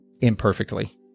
imperfectly